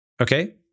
okay